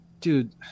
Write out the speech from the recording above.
dude